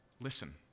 Listen